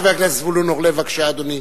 חבר הכנסת זבולון אורלב, בבקשה, אדוני.